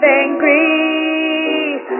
angry